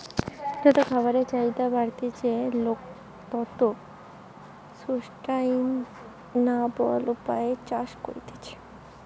যত খাবারের চাহিদা বাড়তিছে, লোক তত সুস্টাইনাবল উপায়ে চাষ করতিছে